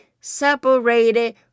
separated